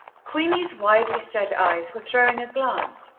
queenie's widely-set eyes were throwing a glance,